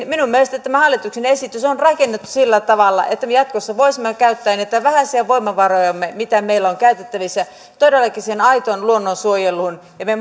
minun mielestäni tämä hallituksen esitys on rakennettu sillä tavalla että me jatkossa voisimme käyttää niitä vähäisiä voimavarojamme mitä meillä on käytettävissä todellakin siihen aitoon luonnonsuojeluun ja me